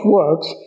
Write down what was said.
works